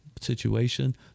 situation